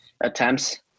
attempts